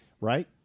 right